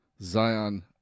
Zion